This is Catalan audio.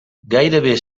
gairebé